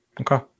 Okay